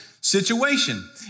situation